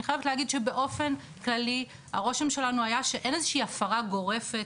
אני חייבת להגיד שבאופן כללי הרושם שלנו היה שאין איזושהי הפרה גורפת,